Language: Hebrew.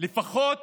לפחות